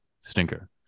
stinker